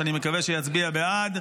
שאני מקווה שיצביע בעד,